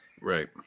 right